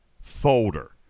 folder